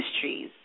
trees